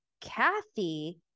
Kathy